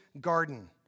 garden